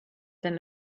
than